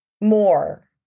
more